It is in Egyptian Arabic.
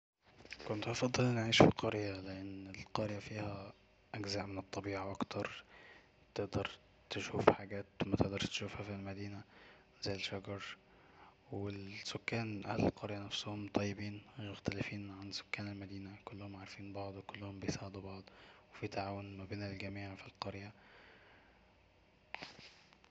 كنت هفضل اني اعيش في قرية لان القرية فيها اجزاء من الطبيعة اكتر تقدر تشوف حجات متقدرش تشوفها في المدينة زي الشجر والسكان اهل القرية نفسهم طيبين مختلفين عن سكان المدينة كلهم عارفين بعض وكلهم بيساعدو بعض وفي تعاون مابين الجميع في القرية